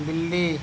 بلی